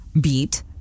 beat